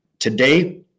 Today